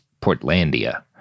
Portlandia